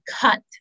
cut